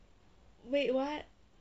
wait what